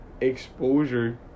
exposure